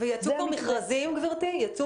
ניסים